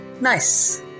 nice